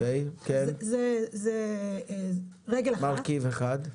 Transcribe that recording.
זה מרכיב אחד.